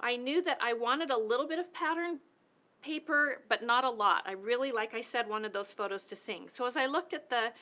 i knew that i wanted a little bit of pattern paper, but not a lot i really like, i said, wanted those photos to sing. so as i looked at the